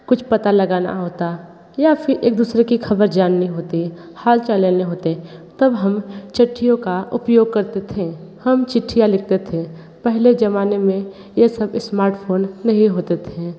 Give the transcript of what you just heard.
कुछ पता लगाना होता या फिर एक दूसरे की ख़बर जाननी होती है हाल चाल लेने होते तब हम चिट्ठियों का उपयोग करते थें हम चिट्ठियाँ लिखते थें पहले ज़माने में यह सब स्मार्टफोन नहीं होते थें